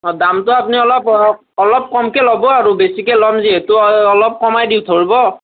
অঁ দামটো আপুনি অলপ অলপ কমকৈ ল'ব আৰু বেছিকৈ ল'ম যিহেতু অলপ কমাই দি ধৰিব